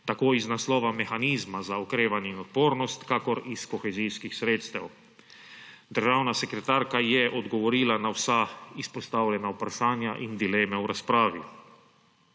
tako iz naslova mehanizma za okrevanje in odpornost kakor iz kohezijskih sredstev. Državna sekretarka je odgovorila na vsa izpostavljena vprašanja in dileme v razpravi.